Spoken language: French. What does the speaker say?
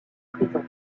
prison